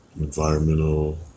environmental